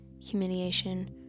Humiliation